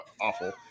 awful